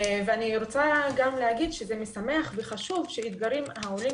אני רוצה גם להגיד שזה משמח וחשוב שהאתגרים העולים